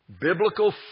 Biblical